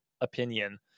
opinion